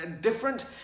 different